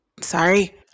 sorry